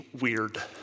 weird